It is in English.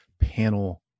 panel